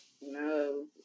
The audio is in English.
No